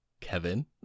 Kevin